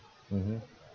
mmhmm